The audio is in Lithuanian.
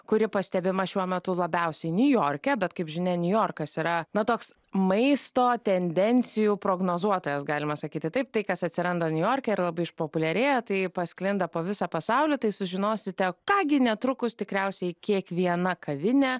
kuri pastebima šiuo metu labiausiai niujorke bet kaip žinia niujorkas yra na toks maisto tendencijų prognozuotojas galima sakyti taip tai kas atsiranda niujorke ir labai išpopuliarėja tai pasklinda po visą pasaulį tai sužinosite ką gi netrukus tikriausiai kiekviena kavinė